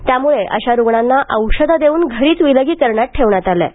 त्यामुळे अशा रुग्णांना औषधे देऊन घरीच विलगीकरणात ठेवण्यात आले आहे